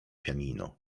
pianino